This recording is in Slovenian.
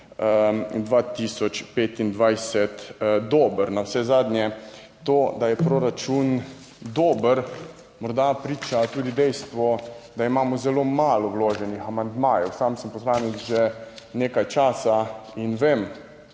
2025 dober. Navsezadnje to, da je proračun dober, morda priča tudi dejstvo, da imamo zelo malo vloženih amandmajev. Sam sem poslanec že nekaj časa in vem,